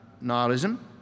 nihilism